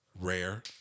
Rare